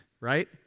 right